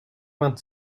vingt